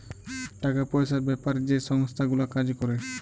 টাকা পয়সার বেপারে যে সংস্থা গুলা কাজ ক্যরে